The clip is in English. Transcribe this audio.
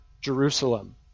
Jerusalem